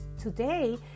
today